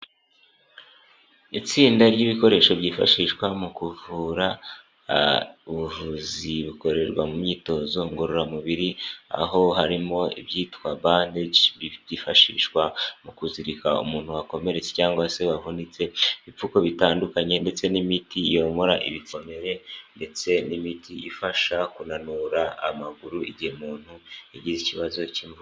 Itsinda ry'ibikoresho byifashishwa mu kuvura ubuvuzi bukorerwa mu myitozo ngororamubiri, aho harimo ibyitwa bandeji byifashishwa mu kuzirika umuntu wakomeretse cyangwa se wavunitse, ibipfuko bitandukanye ndetse n'imiti yomora ibikomere ndetse n'imiti ifasha kunanura amaguru igihe umuntu yagize ikibazo cy'imvune.